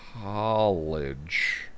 college